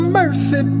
mercy